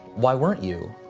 why weren't you?